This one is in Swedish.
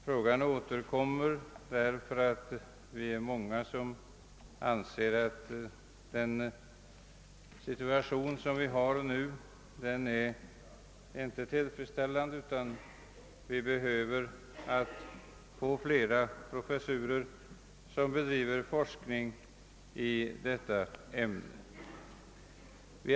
Frågan återkommer, ty det är många som anser, att den nuvarande situationen är otillfredsställande och att det behövs flera professorer som bedriver forskning i detta ämne.